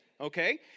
okay